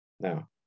Now